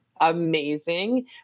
amazing